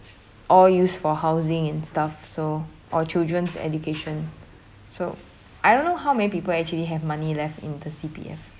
all used for housing and stuff so or children's education so I don't know how many people actually have money left in the C_P_F